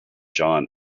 john